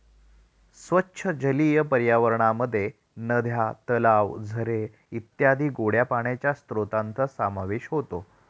स्वच्छ जलीय पर्यावरणामध्ये नद्या, तलाव, झरे इत्यादी गोड्या पाण्याच्या स्त्रोतांचा समावेश होतो